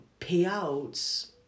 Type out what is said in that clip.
payouts